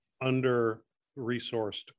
under-resourced